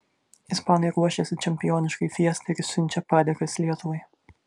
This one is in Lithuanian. ispanai ruošiasi čempioniškai fiestai ir siunčia padėkas lietuvai